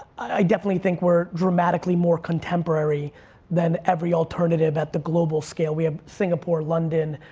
i definitely think we're dramatically more contemporary than every alternative at the global scale. we have singapore, london,